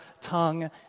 tongue